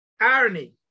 irony